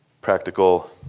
practical